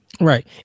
Right